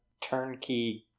turnkey